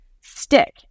stick